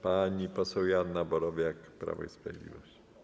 Pani poseł Joanna Borowiak, Prawo i Sprawiedliwość.